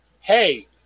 hey